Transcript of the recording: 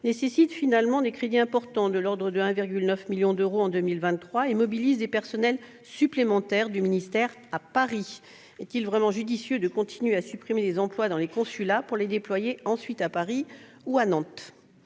nécessite en définitive des crédits importants, de l'ordre de 1,9 million d'euros en 2023, et mobilise de surcroît des personnels du ministère à Paris. Est-il vraiment judicieux de continuer à supprimer des emplois dans les consulats pour les déployer ensuite à Paris ou à Nantes ?